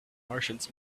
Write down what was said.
martians